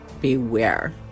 beware